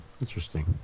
Interesting